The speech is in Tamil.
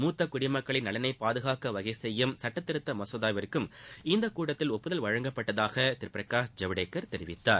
மூத்த குடிமக்களின் நலனை பாதுகாக்க வகை செய்யும் சட்டத்திருத்த மசோதாவிற்கும் இக்கூட்டத்தில் ஒப்புதல் அளிக்கப்பட்டதாக திரு பிரகாஷ் ஜவ்டேகர் தெரிவித்தார்